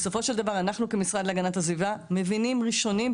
בסופו של דבר אנחנו כמשרד להגנת הסביבה מבינים ראשונים,